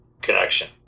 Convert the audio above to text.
connection